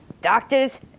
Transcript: doctors